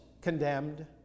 condemned